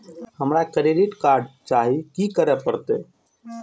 हमरा credit card चाही की करे परतै?